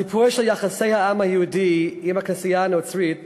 בסיפור של יחסי העם היהודי עם הכנסייה הנוצרית